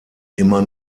immer